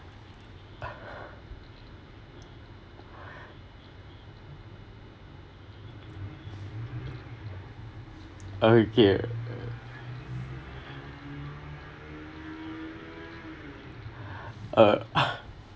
okay uh